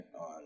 on